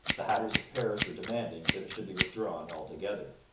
the hatters of paris were demanding that it should be withdrawn altogether.